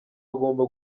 agomba